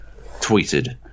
tweeted